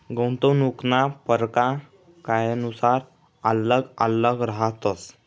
गुंतवणूकना परकार कायनुसार आल्लग आल्लग रहातस